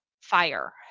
fire